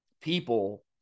people